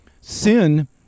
sin